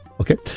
Okay